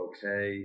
Okay